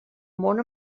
món